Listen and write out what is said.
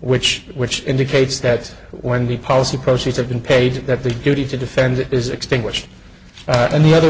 which which indicates that when the policy proceeds have been paid that the duty to defend it is extinguished and the other